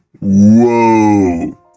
whoa